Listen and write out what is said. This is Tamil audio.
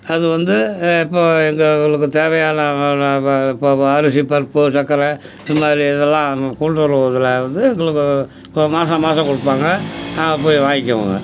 அது வந்து இப்போது எங்களுக்குத் தேவையான அரிசி பருப்பு சக்கரை இந்த மாதிரி இதெல்லாம் அந்த கூட்டுறவு இதில் வந்து எங்களுக்கு மாதம் மாதம் கொடுப்பாங்க நாங்கள் போய் வாங்கிக்குவோங்க